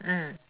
mm